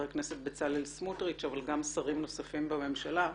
הכנסת בצלאל סמוטריץ אבל גם שרים נוספים בממשלה.